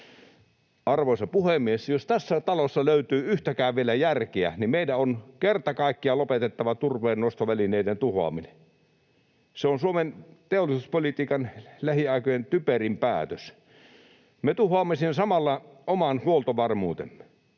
Arvoisa puhemies! Jos tästä talosta löytyy yhtään vielä järkeä, niin meidän on kerta kaikkiaan lopetettava turpeennostovälineiden tuhoaminen. Se on Suomen teollisuuspolitiikan lähiaikojen typerin päätös. Me tuhoamme siinä samalla oman huoltovarmuutemme.